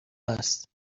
است